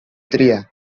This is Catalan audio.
tria